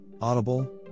Audible